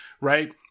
right